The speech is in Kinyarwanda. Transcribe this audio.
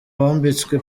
wambitswe